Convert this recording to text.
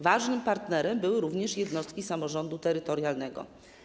Ważnym partnerem były również jednostki samorządu terytorialnego.